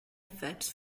effects